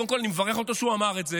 קודם כול אני מברך אותו שהוא אמר את זה,